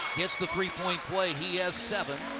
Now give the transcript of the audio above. gets the three-point play. he has seven.